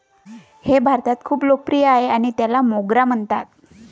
हे भारतात खूप लोकप्रिय आहे आणि त्याला मोगरा म्हणतात